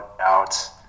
out